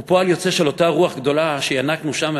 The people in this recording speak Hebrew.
הוא פועל יוצא של אותה רוח גדולה שינקנו שם,